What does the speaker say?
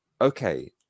okay